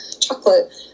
Chocolate